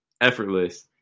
effortless